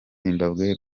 zimbabwe